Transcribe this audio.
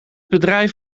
bedrijf